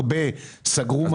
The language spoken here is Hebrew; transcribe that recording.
הרבה סגרו מטעים.